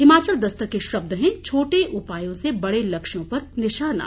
हिमाचल दस्तक के शब्द हैं छोटे उपायों से बड़े लक्ष्यों पर निशाना